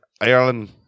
Ireland